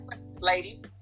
ladies